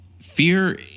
fear